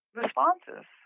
responses